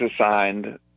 assigned